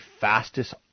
fastest